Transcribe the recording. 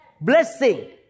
Blessing